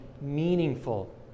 meaningful